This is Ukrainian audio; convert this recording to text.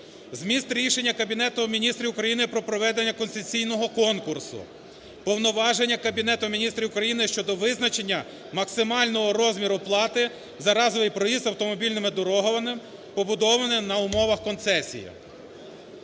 зміст рішення Кабінету Міністрів України про проведення концесійного конкурсу. Повноваження Кабінету Міністрів України щодо визначення максимального розміру плати за разовий проїзд автомобільними дорогами, побудованими на умовах концесії.